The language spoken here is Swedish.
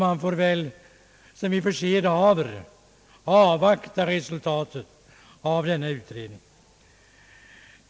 Man får väl, som vi för sed haver, avvakta resultatet av denna utredning.